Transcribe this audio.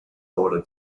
order